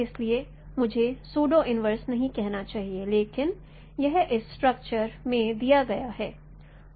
इसलिए मुझे pseudo inverse नहीं कहना चाहिए लेकिन यह इस स्ट्रक्चर में दिया गया है